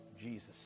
Jesus